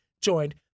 joined